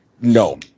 no